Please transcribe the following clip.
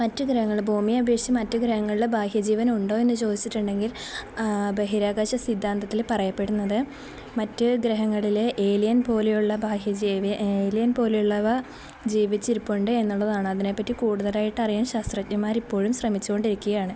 മറ്റു ഗ്രഹങ്ങളില് ഭൂമിയെ അപേക്ഷിച്ച് മറ്റു ഗ്രഹങ്ങളില് ബാഹ്യ ജീവനുണ്ടോ എന്നു ചോദിച്ചിട്ടുണ്ടെങ്കിൽ ബഹിരാകാശ സിദ്ധാന്തത്തില് പറയപ്പെടുന്നത് മറ്റു ഗ്രഹങ്ങളിലെ ഏലിയൻ പോലെയുള്ള ബാഹ്യ ജീവി ഏലിയൻ പോലെയുള്ളവ ജീവിച്ചിരിപ്പുണ്ട് എന്നുള്ളതാണ് അതിനെപ്പറ്റി കൂടുതലായിട്ട് അറിയാൻ ശാസ്ത്രജ്ഞന്മാരിപ്പോഴും ശ്രമിച്ചുകൊണ്ടിരിക്കുകയാണ്